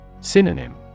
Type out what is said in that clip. Synonym